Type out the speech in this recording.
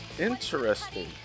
Interesting